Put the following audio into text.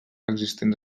existents